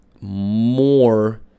more